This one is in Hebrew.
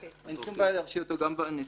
אין שום בעיה להרשיע אותו גם בנשיאה.